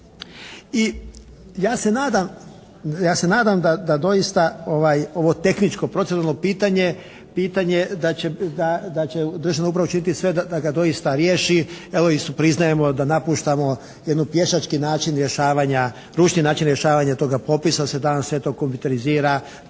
I ja se nadam da doista ovo tehničko, proceduralno pitanje pitanje je da će državna uprava učiniti sve da ga doista riješi. Evo priznajemo da napuštamo jedan pješački način rješavanja, ručni način rješavanja toga popisa, da se danas sve to kompjuterizira,